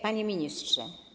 Panie Ministrze!